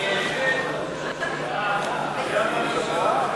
את הצעת חוק